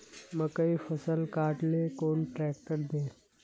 मकईर फसल काट ले कुन ट्रेक्टर दे?